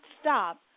stop